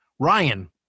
Ryan